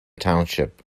township